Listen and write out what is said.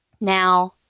now